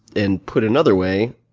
and put another way,